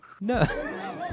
No